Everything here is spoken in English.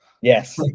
Yes